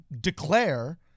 declare